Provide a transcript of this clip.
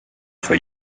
for